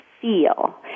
feel